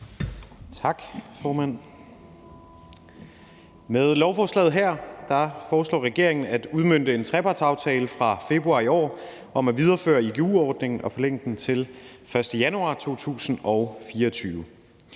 Med lovforslaget her foreslår regeringen at udmønte en trepartsaftale fra februar i år om at videreføre igu-ordningen og forlænge den til den 1. januar 2024.